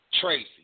Tracy